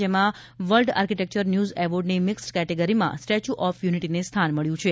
જેમાં world architecture news એવોર્ડની mixed કેટેગરીમાં સ્ટેચ્યુ ઓફ યુનિટી ને સ્થાન મળ્યું છે